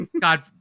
God